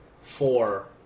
four